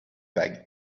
bag